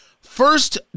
First